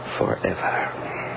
Forever